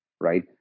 right